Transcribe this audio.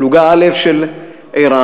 פלוגה א' של ערן,